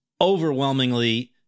overwhelmingly